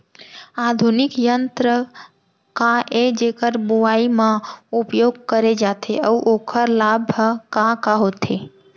आधुनिक यंत्र का ए जेकर बुवाई म उपयोग करे जाथे अऊ ओखर लाभ ह का का होथे?